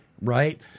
right